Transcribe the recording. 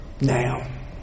now